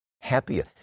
happier